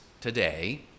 today